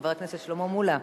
חבר הכנסת שלמה מולה.